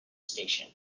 station